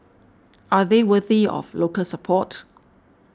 are they worthy of local support